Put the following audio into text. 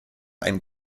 ein